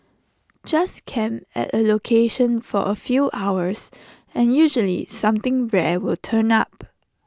just camp at A location for A few hours and usually something rare will turn up